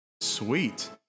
Sweet